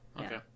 okay